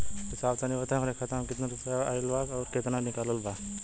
ए साहब तनि बताई हमरे खाता मे कितना केतना रुपया आईल बा अउर कितना निकलल बा?